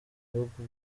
bihugu